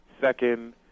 Second